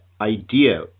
idea